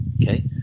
Okay